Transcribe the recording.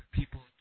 people